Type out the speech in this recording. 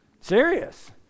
Serious